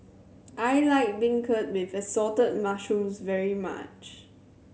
I like beancurd with Assorted Mushrooms very much